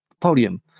podium